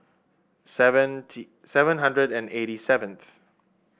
seven hundred and eighty seventh